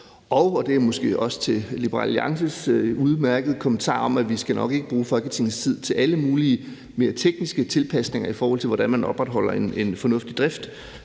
udmærkede kommentar fra Liberal Alliances ordfører om, at vi nok ikke skal bruge Folketingets tid på at tale om alle mulige mere tekniske tilpasninger, i forhold til hvordan man opretholder en fornuftig drift: